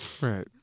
Right